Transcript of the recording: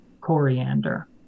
coriander